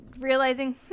realizing